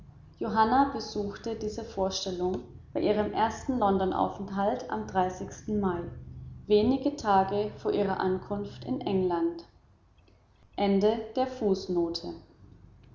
johanna besuchte diese vorstellung bei ihrem ersten london aufenthalt am mai wenige tage nach ihrer ankunft in england